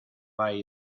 hay